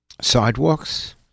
sidewalks